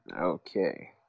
Okay